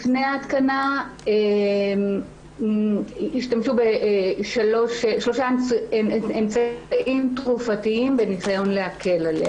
לפני ההתקנה השתמשו בשלושה אמצעים תרופתיים בניסיון להקל עליה.